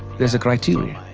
there's a criteria.